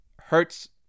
hurts